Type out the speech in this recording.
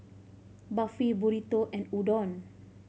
Barfi Burrito and Udon